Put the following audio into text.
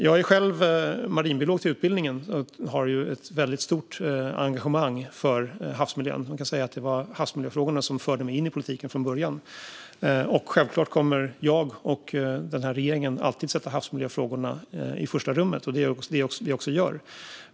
Jag är själv utbildad marinbiolog och har ett väldigt stort engagemang för havsmiljön. Man kan säga att det var havsmiljöfrågorna som förde mig in i politiken från början. Självklart kommer jag och den här regeringen alltid att sätta havsmiljöfrågorna i första rummet. Det är också det vi gör.